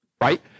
right